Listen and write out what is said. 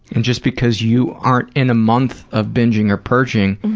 and just because you aren't in a month of binging or purging,